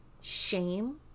shame